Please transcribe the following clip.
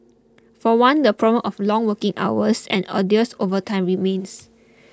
for one the problem of long working hours and arduous overtime remains